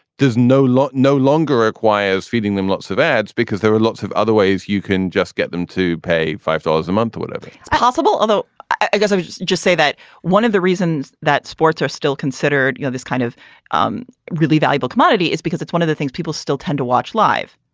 there's no law no longer requires feeding them lots of ads because there are lots of other ways you can just get them to pay five dollars a month or whatever it's possible, although i guess just just say that one of the reasons that sports are still considered, you know, this kind of um really valuable commodity is because it's one of the things people still tend to watch live,